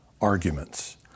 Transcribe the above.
arguments